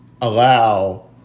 allow